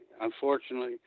unfortunately